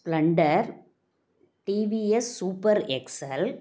splendor TVS super X L